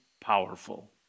powerful